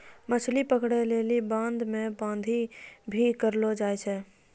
मछली पकड़ै लेली बांध मे बांधी भी करलो जाय छै